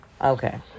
Okay